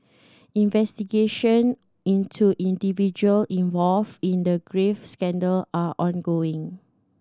investigation into individual involved in the graft scandal are ongoing